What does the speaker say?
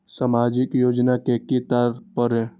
सामाजिक योजना के कि तात्पर्य?